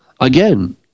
again